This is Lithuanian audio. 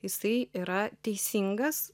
jisai yra teisingas